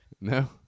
No